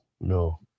no